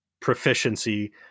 Proficiency